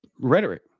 rhetoric